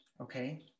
Okay